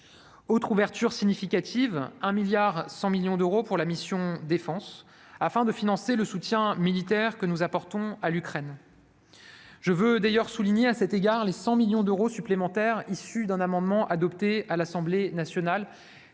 Autre ouverture significative : 1,1 milliard d'euros sont débloqués pour la mission « Défense » afin de financer le soutien militaire que nous apportons à l'Ukraine. Je souligne aussi les 100 millions d'euros supplémentaires issus d'un amendement adopté à l'Assemblée nationale